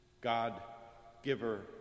God-giver